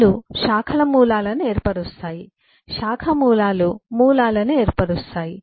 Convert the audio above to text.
కణాలు శాఖల మూలాలను ఏర్పరుస్తాయి శాఖ మూలాలు మూలాలను ఏర్పరుస్తాయి